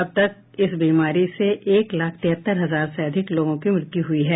अब तक इस बीमारी से एक लाख तिहत्तर हजार से अधिक लोगों की मृत्यु हुई है